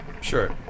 Sure